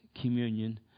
communion